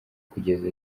kugeza